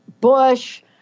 Bush